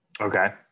Okay